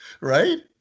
right